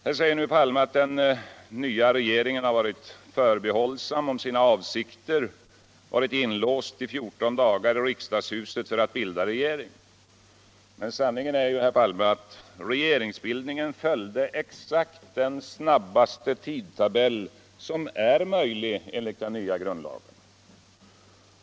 Här säger nu herr Palme att den nya regeringen har varit förbehållsam om sina avsikter och att vi har suttit inlåsta i riksdagshuset i 14 dagar för att bilda regering. Men sanningen är ju. herr Palme. att regeringsbildningen exakt följde den snabbaste tidtabell som är möjlig enligt den nya grundlagen.